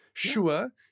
Sure